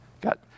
got